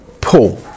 pull